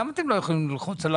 למה אתם לא יכולים ללחוץ על